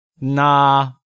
Nah